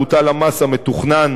בוטל המס המתוכנן